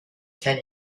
ten